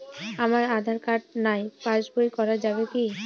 আমার আঁধার কার্ড নাই পাস বই করা যাবে কি?